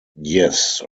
yes